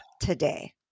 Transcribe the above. today